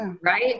right